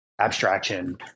abstraction